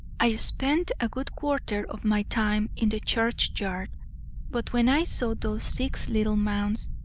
i spend a good quarter of my time in the churchyard but when i saw those six little mounds,